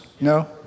no